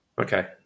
Okay